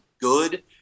good